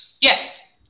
Yes